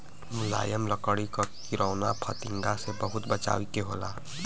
मुलायम लकड़ी क किरौना फतिंगा से बहुत बचावे के होला